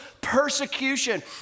persecution